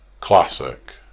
Classic